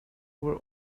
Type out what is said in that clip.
were